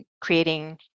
creating